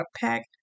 pack